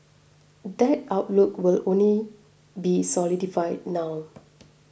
that outlook will only be solidified now